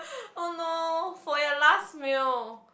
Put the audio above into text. oh no for your last meal